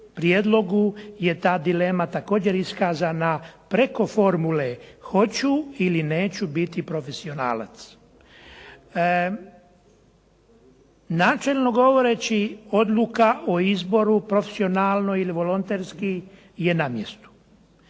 prijedlogu je ta dilema također iskazana preko formule hoću ili neću biti profesionalac. Načelno govoreći, odluka o izboru profesionalno ili volonterski je na mjestu,